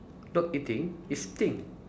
not eating it's thing